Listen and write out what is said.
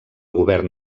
govern